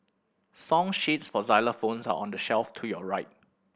song sheets for xylophones are on the shelf to your right